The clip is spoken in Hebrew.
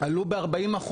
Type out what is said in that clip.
עלו ב-40%.